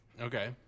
Okay